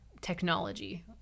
Technology